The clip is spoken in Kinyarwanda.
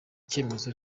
cyemezo